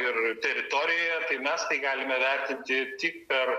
ir teritorijoje tai mes tai galime vertinti tik per